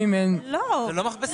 זאת לא מכבסת מילים.